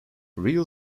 real